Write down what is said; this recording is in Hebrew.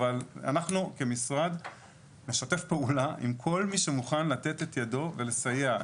אבל אנחנו כמשרד נשתף פעולה עם כל מי שמוכן לתת את ידו ולסייע.